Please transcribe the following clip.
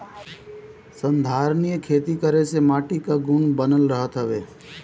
संधारनीय खेती करे से माटी कअ गुण बनल रहत हवे